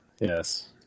yes